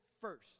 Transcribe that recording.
first